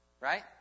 Right